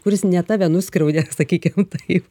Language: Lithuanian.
kuris ne tave nuskriaudė sakykim taip